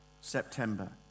September